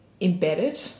embedded